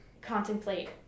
contemplate